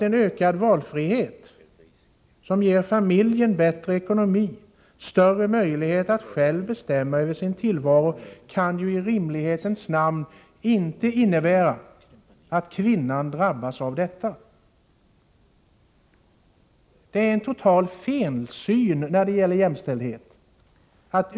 En ökad valfrihet, som ger familjen bättre ekonomi, större möjlighet att själv bestämma över sin tillvaro, kan i rimlighetens namn inte innebära att kvinnan drabbas. Att utgå ifrån ett sådant resonemang vittnar om en total felsyn när det gäller jämställdheten.